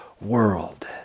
world